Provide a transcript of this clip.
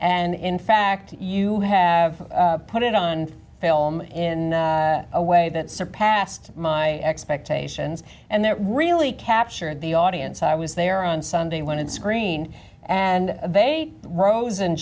and in fact you have put it on film in a way that surpassed my expectations and that really captured the audience i was there on sunday when it screen and they rose and